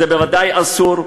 זה בוודאי אסור.